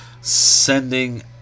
sending